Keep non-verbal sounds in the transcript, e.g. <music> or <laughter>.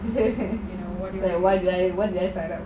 <laughs> is like what did I what did I sign up